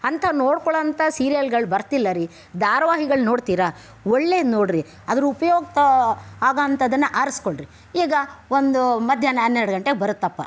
ಅಂತ ನೋಡ್ಕೊಳ್ಳೋವಂಥ ಸೀರಿಯಲ್ಗಳು ಬರ್ತಿಲ್ಲ ರೀ ಧಾರಾವಾಹಿಗಳು ನೋಡ್ತೀರಾ ಒಳ್ಳೆದು ನೋಡ್ರಿ ಅದರ ಉಪಯೋಗ ಆಗೋವಂಥದ್ದನ್ನು ಆರಿಸಿಕೊಳ್ರಿ ಈಗ ಒಂದು ಮಧ್ಯಾಹ್ನ ಹನ್ನೆರಡು ಗಂಟೆಗೆ ಬರುತ್ತಪ್ಪಾ